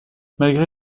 malgré